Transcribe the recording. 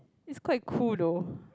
is quite cool though